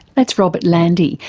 that's robert landy,